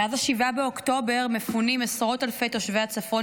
מאז 7 באוקטובר מפונים עשרות אלפי תושבי הצפון